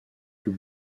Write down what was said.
plus